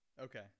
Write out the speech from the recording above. Okay